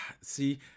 See